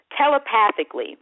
telepathically